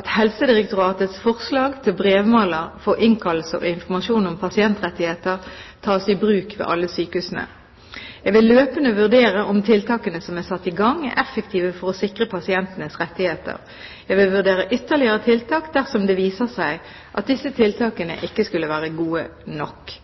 at Helsedirektoratets forslag til brevmaler for innkallelse og informasjon om pasientrettigheter tas i bruk ved alle sykehusene. Jeg vil løpende vurdere om tiltakene som er satt i gang, er effektive nok for å sikre pasientenes rettigheter. Jeg vil vurdere ytterligere tiltak, dersom det viser seg at disse tiltakene ikke skulle være gode nok.